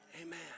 Amen